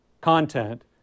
content